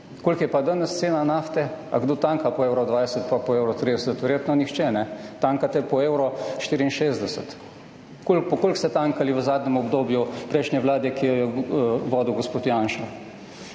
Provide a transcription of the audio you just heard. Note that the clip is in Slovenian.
Koliko je pa danes cena nafte? Ali kdo tanka po 1,20, pa po 1,30 evra? Verjetno nihče. Tankate po 1,64 evra. Po koliko ste tankali v zadnjem obdobju prejšnje vlade, ki jo je vodil gospod Janša?